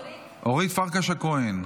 אורית פרקש הכהן,